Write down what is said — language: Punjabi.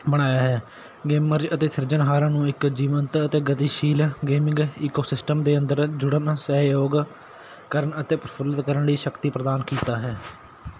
ਬਣਾਇਆ ਹੈ ਗੇਮਰਜ਼ ਅਤੇ ਸਿਰਜਣਹਾਰਾਂ ਨੂੰ ਇੱਕ ਜੀਵੰਤ ਅਤੇ ਗਤੀਸ਼ੀਲ ਗੇਮਿੰਗ ਈਕੋਸਿਸਟਮ ਦੇ ਅੰਦਰ ਜੁੜਨ ਸਹਿਯੋਗ ਕਰਨ ਅਤੇ ਪ੍ਰਫੁਲਿੱਤ ਕਰਨ ਲਈ ਸ਼ਕਤੀ ਪ੍ਰਦਾਨ ਕੀਤਾ ਹੈ